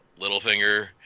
Littlefinger